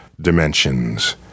dimensions